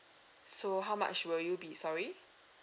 so how much will you be sorry